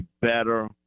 better